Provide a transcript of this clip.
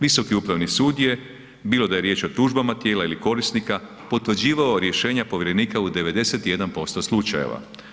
Visoki upravni sud je, bilo da je riječ o tužbama tijela ili korisnika potvrđivao rješenja povjerenika u 91% slučajeva.